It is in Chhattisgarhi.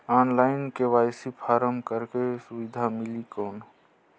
ऑनलाइन के.वाई.सी फारम करेके सुविधा मिली कौन?